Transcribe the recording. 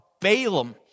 Balaam